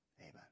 Amen